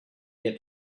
get